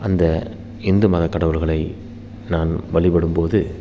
அந்த இந்து மதக் கடவுள்களை நான் வழிபடும் போது